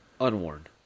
unworn